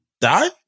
Die